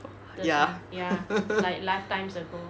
ya